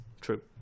true